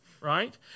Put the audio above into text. right